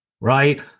right